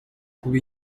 kuba